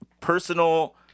personal